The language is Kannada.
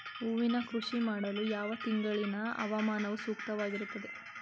ಹೂವಿನ ಕೃಷಿ ಮಾಡಲು ಯಾವ ತಿಂಗಳಿನ ಹವಾಮಾನವು ಸೂಕ್ತವಾಗಿರುತ್ತದೆ?